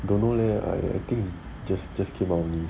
don't know leh I I think just came out only